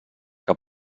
que